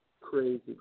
crazy